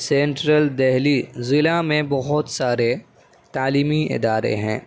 central Delhi ضلع میں بہت سارے تعلیمی ادارے ہیں